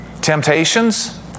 Temptations